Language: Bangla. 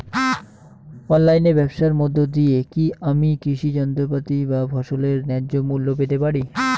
অনলাইনে ব্যাবসার মধ্য দিয়ে কী আমি কৃষি যন্ত্রপাতি বা ফসলের ন্যায্য মূল্য পেতে পারি?